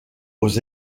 aux